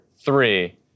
three